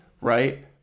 right